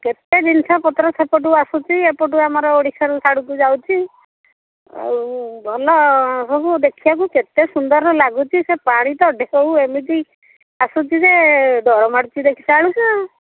କେତେ ଜିନିଷ ପତ୍ର ସେପଟୁ ଆସୁଛି ଏପଟୁ ଆମର ଓଡ଼ିଶାର ସେଆଡ଼ କୁ ଯାଉଛି ଆଉ ଭଲ ହେବ ଦେଖିବାକୁ କେତେ ସୁନ୍ଦର ଲାଗୁଛି ସେ ପାଣି ତ ଢେଉ ଏମିତି ଆସୁଛି ଯେ ଡର ମାଡ଼ୁଛି ଦେଖିଲାବେଳକୁ ଆଉ